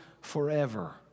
forever